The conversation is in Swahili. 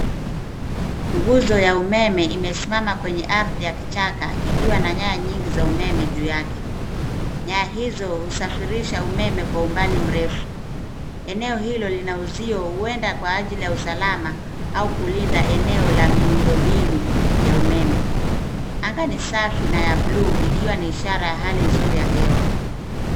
Nguzo ya umeme imesimama kwenye ardhi ya kichaka ikiwa na nyaya nyingi za umeme juu yake. Nyaya hizo husafirisha umeme kwa umbali mrefu. Eneo hilo lina uzio, huenda kwa ajili ya usalama au kulinda eneo la miundo mbinu ya umeme. Anga ni safi na ya buluu ikiwa ni ishara ya hali nzuri ya hewa.